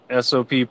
sop